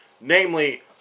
Namely